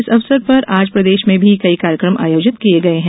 इस अवसर पर आज प्रदेश में भी कई कार्यकम आयोजित किये गये हैं